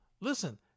listen